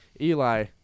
Eli